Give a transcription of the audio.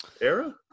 era